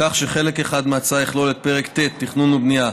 כך שחלק אחד מההצעה יכלול את פרק ט' תכנון ובנייה,